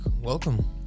Welcome